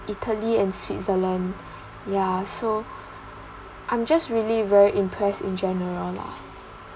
italy and switzerland yeah so I'm just really very impressed in general lah